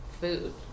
food